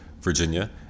Virginia